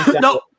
No